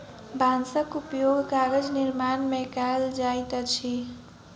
बांसक उपयोग कागज निर्माण में कयल जाइत अछि